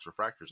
refractors